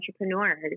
entrepreneurs